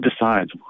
decides